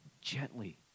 gently